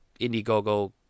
Indiegogo